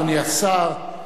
אדוני השר,